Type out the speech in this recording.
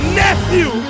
nephew